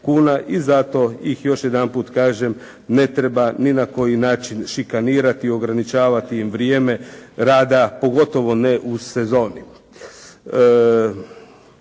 i zato ih još jedanput kažem, ne treba ni na koji način šikanirati, ograničavati im vrijeme rada pogotovo ne u sezoni.